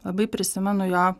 labai prisimenu jo